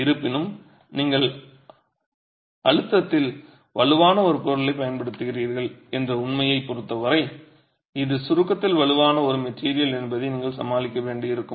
இருப்பினும் நீங்கள் அழுத்தத்தில் வலுவான ஒரு பொருளைப் பயன்படுத்துகிறீர்கள் என்ற உண்மையைப் பொறுத்தவரை இது சுருக்கத்தில் வலுவான ஒரு மெட்டிரியல் என்பதை நீங்கள் சமாளிக்க வேண்டியிருக்கும்